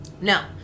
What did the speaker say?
No